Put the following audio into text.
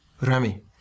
Remy